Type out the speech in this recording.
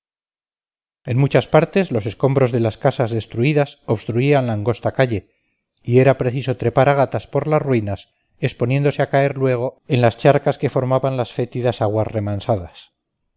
en muchas partes los escombros de las casas destruidas obstruían la angosta calle y era preciso trepar a gatas por las ruinas exponiéndose a caer luego en las charcas que formaban las fétidas aguas remansadas